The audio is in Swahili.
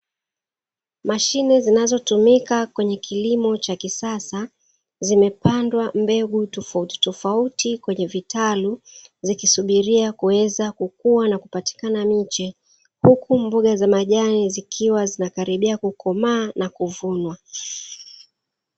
Mashine zinazotumika kwenye kilimo cha kisasa, zimepandwa mbegu tofautitofauti kwenye vitalu zikisubiria kuweza kukua na kupatikana miche, huku mboga za majani zikiwa zinakaribia kukomaa na kuvumwa.